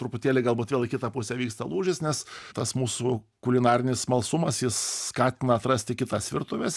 truputėlį galbūt vėl į kitą pusę vyksta lūžis nes tas mūsų kulinarinis smalsumas jis skatina atrasti kitas virtuves